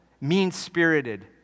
mean-spirited